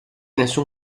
nessun